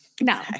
No